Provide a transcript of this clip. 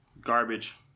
garbage